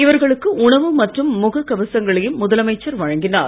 இவர்களுக்கு உணவு மற்றும் முக கவசங்களையும் முதலமைச்சர் வழங்கினார்